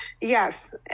yes